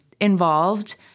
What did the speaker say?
involved